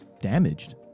Damaged